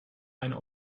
einer